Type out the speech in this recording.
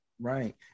right